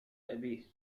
أبيه